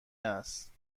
است